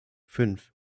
fünf